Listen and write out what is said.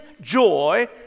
joy